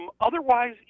Otherwise